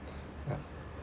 yup